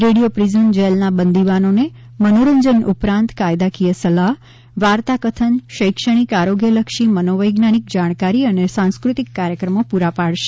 radio prison જેલના બંદીવાનોને મનોરંજન ઉપરંત કાયદાકીય સલાહ વાર્તા કથન શૈક્ષણિક આરોગ્યલક્ષી મનોવૈજ્ઞાનિક જાણકારી અને સાંસ્કૃતિક કાર્યક્રમો પૂરા પાડશે